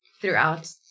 throughout